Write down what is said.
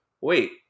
wait